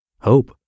Hope